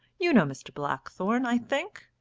you know mr. blackthorne, i think.